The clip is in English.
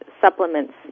supplements